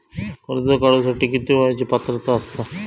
कर्ज काढूसाठी किती वयाची पात्रता असता?